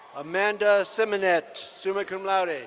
amanda seminet, summa cum laude. ah